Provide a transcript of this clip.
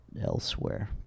elsewhere